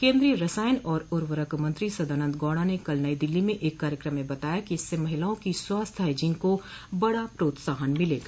केंद्रीय रसायन और ऊर्वरक मंत्री सदानंद गौड़ा ने कल नई दिल्ली में एक कार्यक्रम में बताया कि इससे महिलाओं की स्वास्थ्य हाईजीन को बड़ा प्रोत्साहन मिलेगा